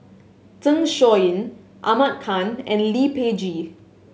Zeng Shouyin Ahmad Khan and Lee Peh Gee